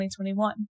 2021